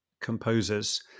composers